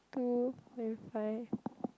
two twenty five